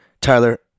Tyler